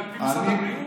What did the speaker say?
על פי משרד הבריאות?